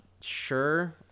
sure